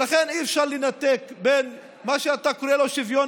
אי-אפשר לנתק בין מה שאתה קורא לו שוויון